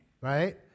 Right